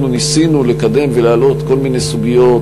אנחנו ניסינו לקדם ולהעלות כל מיני סוגיות,